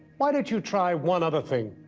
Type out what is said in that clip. why donit you try one other thing?